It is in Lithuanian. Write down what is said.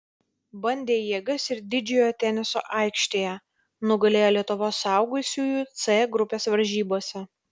bandė jėgas ir didžiojo teniso aikštėje nugalėjo lietuvos suaugusiųjų c grupės varžybose